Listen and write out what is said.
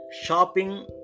shopping